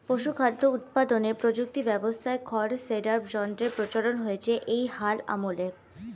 পশুখাদ্য উৎপাদনের প্রযুক্তি ব্যবস্থায় খড় শ্রেডার যন্ত্রের প্রচলন হয়েছে এই হাল আমলে